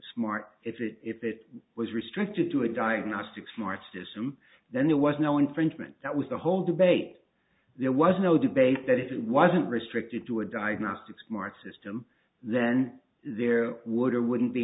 smart if it was restricted to a diagnostic smart system then there was no infringement that was the whole debate there was no debate that it wasn't restricted to a diagnostic smart system then there would or wouldn't be